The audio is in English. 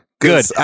Good